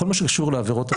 בכל מה שקשור לעבירות הסתה,